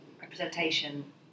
representation